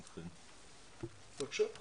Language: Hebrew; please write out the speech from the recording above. בבקשה.